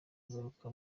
kugaruka